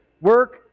work